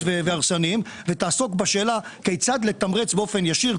והרסניים ותעסוק בשאלה כיצד לתמרץ באופן ישיר,